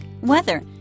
weather